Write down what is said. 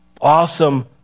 awesome